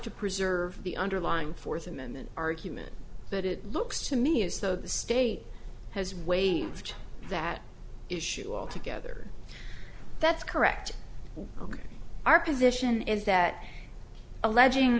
to preserve the underlying fourth amendment argument but it looks to me as though the state has waived that issue altogether that's correct our position is that alleging